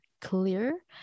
clear